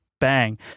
bang